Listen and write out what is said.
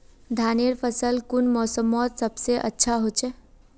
धानेर फसल कुन मोसमोत सबसे अच्छा होचे?